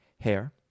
hair